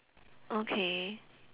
okay